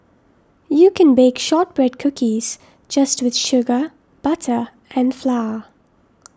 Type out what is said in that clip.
you can bake Shortbread Cookies just with sugar butter and flour